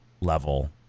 level